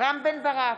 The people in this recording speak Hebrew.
רם בן ברק,